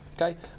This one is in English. Okay